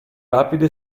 rapido